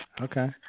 Okay